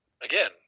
Again